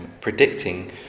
predicting